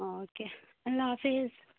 okay اللہ حافظ